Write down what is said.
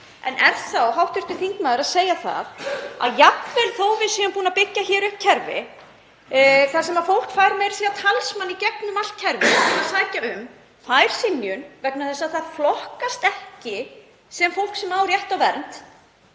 Er þá hv. þingmaður að segja að jafnvel þó að við séum búin að byggja hér upp kerfi þar sem fólk fær meira að segja talsmann í gegnum allt kerfið til að sækja um, fær svo synjun vegna þess að það flokkast ekki sem fólk sem á rétt á vernd